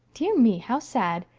dear me, how sad!